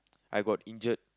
I got injured